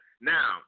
Now